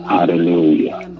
Hallelujah